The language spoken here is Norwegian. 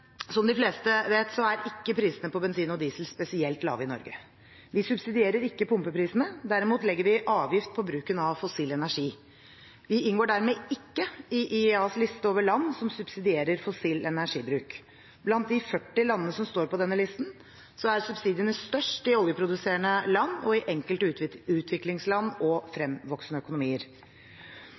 Som de fleste vet, er ikke prisene på bensin og diesel spesielt lave i Norge. Vi subsidierer ikke pumpeprisene. Derimot legger vi avgift på bruken av fossil energi. Vi inngår dermed ikke i IEAs liste over land som subsidierer fossil energibruk. Blant de 40 landene som står på denne listen, er subsidiene størst i oljeproduserende land og i enkelte utviklingsland og fremvoksende økonomier.